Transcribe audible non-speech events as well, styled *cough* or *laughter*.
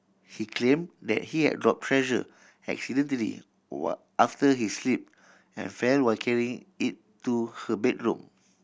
he claimed that he had dropped Treasure accidentally *unintelligible* after he slipped and fell while carrying it to her bedroom